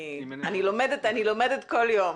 אני לומדת כל יום.